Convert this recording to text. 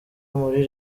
muri